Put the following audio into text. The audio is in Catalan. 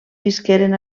visqueren